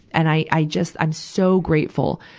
and i, i just, i'm so grateful.